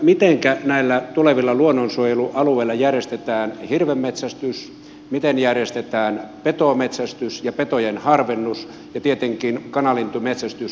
mitenkä näillä tulevilla luonnonsuojelualueilla järjestetään hirvenmetsästys miten järjestetään petometsästys ja petojen harvennus ja tietenkin kanalintumetsästys